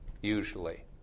usually